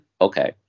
okay